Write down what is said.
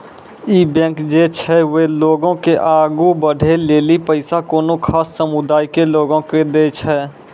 इ बैंक जे छै वें लोगो के आगु बढ़ै लेली पैसा कोनो खास समुदाय के लोगो के दै छै